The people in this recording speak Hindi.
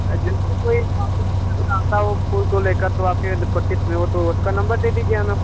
जैसे कोई आता हो फूल को ले कर तो आपको परेचित में हो तो उसका नंबर दे दीजिए हमें